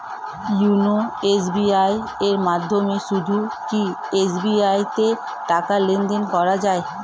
YONO SBI এর মাধ্যমে শুধুই কি এস.বি.আই তে টাকা লেনদেন করা যায়?